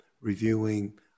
reviewing